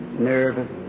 Nervous